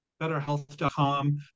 BetterHealth.com